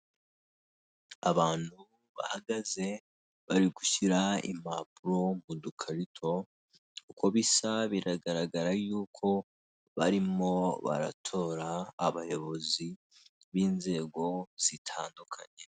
Abantu bahagaze bari gushyira impapuro mu dukarito, uko bisa biragaragara yuko barimo baratora abayobozi b'inzego zitandukanye.